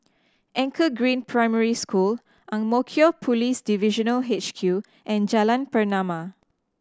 Anchor Green Primary School Ang Mo Kio Police Divisional H Q and Jalan Pernama